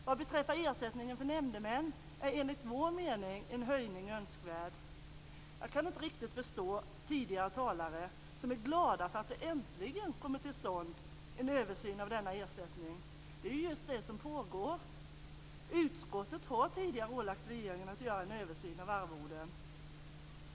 Vad beträffar ersättningen till nämndemän är enligt vår mening en höjning önskvärd. Jag kan inte riktigt förstå de tidigare talare som är glada för att det äntligen kommer en översyn till stånd av denna ersättning. Det är just det som pågår. Utskottet har tidigare ålagt regeringen att göra en översyn av arvoden.